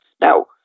Now